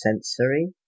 sensory